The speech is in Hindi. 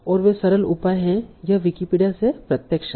और वे सरल उपाय हैं यह विकिपीडिया से प्रत्यक्ष है